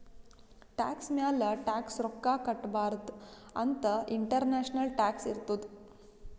tax ಮ್ಯಾಲ tax ರೊಕ್ಕಾ ಕಟ್ಟಬಾರ್ದ ಅಂತ್ ಇಂಟರ್ನ್ಯಾಷನಲ್ ಟ್ಯಾಕ್ಸ್ ಇರ್ತುದ್